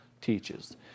teaches